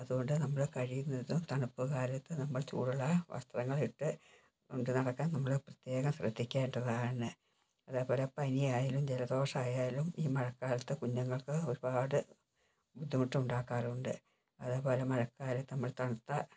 അത്കൊണ്ട് നമ്മള് കഴിയുന്നതും തണുപ്പ്ക്കാലത്ത് നമ്മൾ ചൂടുള്ള വസ്ത്രങ്ങൾ ഇട്ട് കൊണ്ട്നടക്കാൻ നമ്മള് പ്രത്യേകം ശ്രദ്ധിക്കേണ്ടതാണ് അതേപോലെ പനിയായാലും ജലദോഷായാലും ഇ മഴക്കാലത്ത് കുഞ്ഞുങ്ങൾക്ക് ഒരുപാട് ബുദ്ധിമുട്ട് ഉണ്ടാക്കാറുണ്ട് അതേപോലെ മഴക്കാലത്ത് നമ്മൾ തണുത്ത